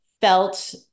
felt